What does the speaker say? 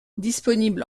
disponible